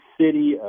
city